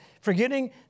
Forgetting